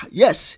yes